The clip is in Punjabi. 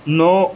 ਨੌ